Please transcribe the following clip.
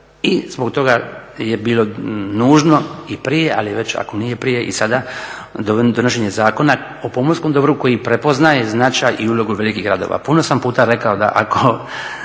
i zbog toga je bilo nužno i prije, ali već ako nije prije i sada donošenje Zakona o pomorskom dobru koji prepoznaje značaj i ulogu velikih gradova. Puno sam puta rekao da ako